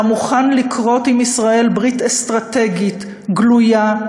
אלא מוכן לכרות עם ישראל ברית אסטרטגית גלויה,